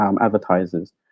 advertisers